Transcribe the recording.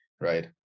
right